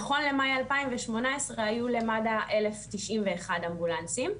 נכון למאי 2018 היו למד"א 1,091 אמבולנסים.